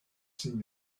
seen